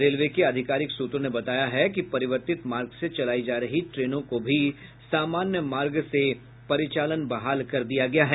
railway के आधिकारिक सूत्रों ने बताया कि परिवर्तित मार्ग से चलायी जा रही ट्रेनों को भी सामान्य मार्ग से परिचालन बहाल कर दिया गया है